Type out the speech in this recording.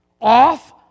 off